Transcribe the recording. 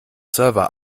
server